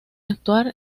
actuar